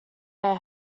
their